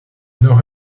nord